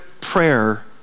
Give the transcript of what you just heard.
prayer